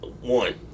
One